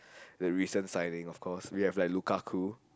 the recent signing of course we have like Lukaku